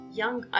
young